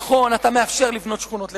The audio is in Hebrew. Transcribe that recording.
נכון, אתה מאפשר לבנות שכונות לחרדים,